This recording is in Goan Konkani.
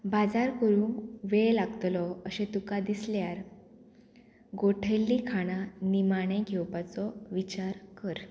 बाजार करूंक वेळ लागतलो अशें तुका दिसल्यार गोठेल्लीं खाणां निमाणें घेवपाचो विचार कर